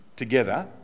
together